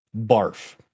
barf